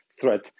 threat